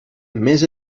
més